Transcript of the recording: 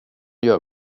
gör